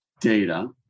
data